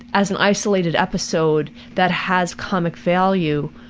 as an isolated episode, that has comic value,